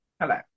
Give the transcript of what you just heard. Hello